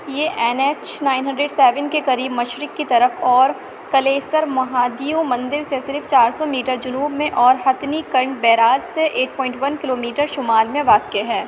یہ N H nine hundred seven کے قریب مشرق کی طرف اور کلیسر مہادیو مندر سے صرف چار سو میٹر جنوب میں اور ہتھنی کنڈ بیراج سے eight point one kilo metre شمال میں واقع ہے